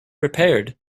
repaired